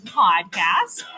podcast